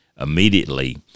Immediately